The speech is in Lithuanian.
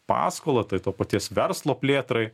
paskolą tai to paties verslo plėtrai